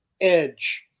edge